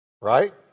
Right